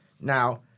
Now